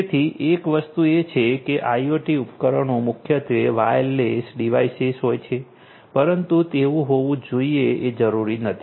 તેથી એક વસ્તુ એ છે કે આઇઓટી ઉપકરણો મુખ્યત્વે વાયરલેસ ડિવાઇસેસ હોય છે પરંતુ તેવું હોવું જ જોયે એ જરૂરી નથી